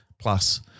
plus